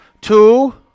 Two